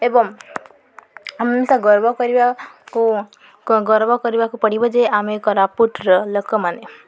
ଏବଂ ଆମେ ତା ଗର୍ବ କରିବାକୁ ଗ ଗର୍ବ କରିବାକୁ ପଡ଼ିବ ଯେ ଆମେ କୋରାପୁଟ୍ର ଲୋକମାନେ